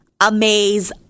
Amaze